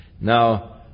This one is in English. Now